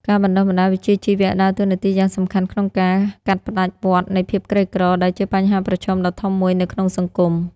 ការបណ្តុះបណ្តាលវិជ្ជាជីវៈដើរតួនាទីយ៉ាងសំខាន់ក្នុងការ កាត់ផ្តាច់វដ្តនៃភាពក្រីក្រ ដែលជាបញ្ហាប្រឈមដ៏ធំមួយនៅក្នុងសង្គម។